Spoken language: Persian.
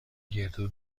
گردو